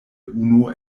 unu